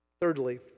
Thirdly